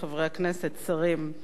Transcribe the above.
שרים,